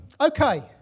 okay